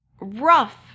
rough